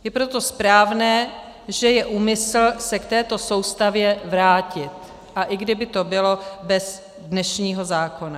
Je proto správné, že je úmysl se k této soustavě vrátit, i kdyby to bylo bez dnešního zákona.